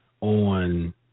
on